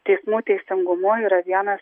teismų teisingumu yra vienas